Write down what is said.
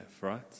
right